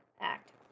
act